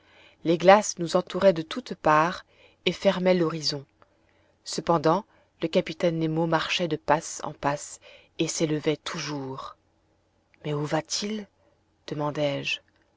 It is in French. les glaces nous entouraient de toutes parts et fermaient l'horizon cependant le capitaine nemo marchait de passe en passe et s'élevait toujours mais où va-t-il